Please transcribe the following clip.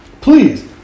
Please